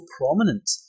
prominent